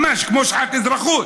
ממש כמו שעת אזרחות,